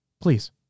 Please